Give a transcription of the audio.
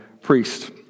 priest